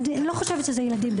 אני לא חושבת שזה ילדים.